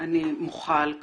אני מוחה על כך.